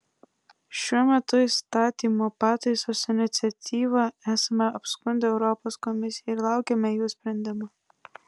šiuo metu įstatymo pataisos iniciatyvą esame apskundę europos komisijai ir laukiame jų sprendimo